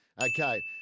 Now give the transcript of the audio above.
Okay